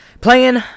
Playing